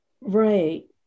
Right